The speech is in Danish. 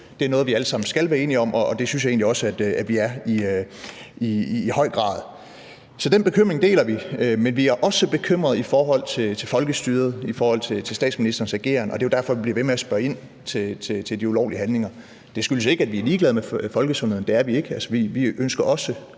Det er noget, vi alle sammen skal være enige om, og det synes jeg egentlig også at vi i høj grad er. Så den bekymring deler vi. Men vi er også bekymrede i forhold til folkestyret, i forhold til statsministerens ageren, og det er jo derfor, vi bliver ved med at spørge ind til de ulovlige handlinger. Det skyldes ikke, at vi er ligeglade med folkesundheden. Det er vi ikke; altså, vi ønsker også